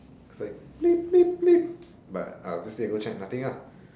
it's like but obviously I go check nothing ah